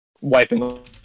Wiping